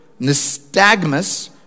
nystagmus